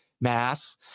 Mass